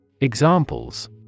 Examples